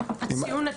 "הציון",